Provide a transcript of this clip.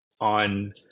on